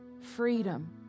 freedom